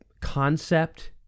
concept